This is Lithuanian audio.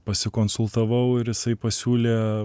pasikonsultavau ir jisai pasiūlė